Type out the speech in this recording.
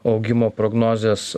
augimo prognozės